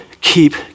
keep